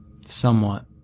somewhat